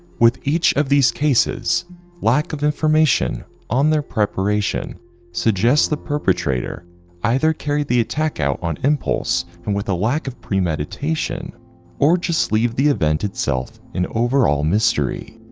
with each of these cases lack of information on their preparation suggests the perpetrator either carried the attack out on impulse and with a lack of premeditation or just leave the event itself in overall mystery,